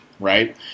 right